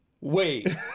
wait